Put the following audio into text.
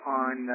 on